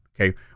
Okay